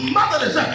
motherless